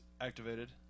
activated